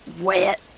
Wet